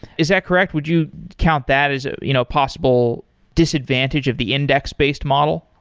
is that correct? would you count that as a you know possible disadvantage of the indexed-based model?